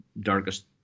darkest